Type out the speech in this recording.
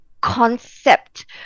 concept